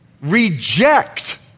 Reject